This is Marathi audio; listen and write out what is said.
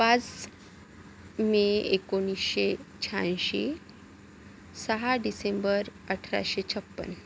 पाच मे एकोणीसशे शहाऐंशी सहा डिसेंबर अठराशे छप्पन